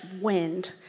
wind